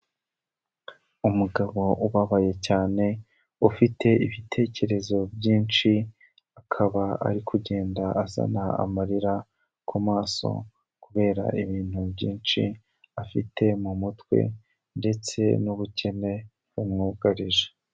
Umugabo ubabaye cyane ufite ibitekerezo byinshi , akaba ari kugenda azana amarira ku maso kubera ibintu byinshi afite mu mutwe ndetse n'ubukene b'umwugarije.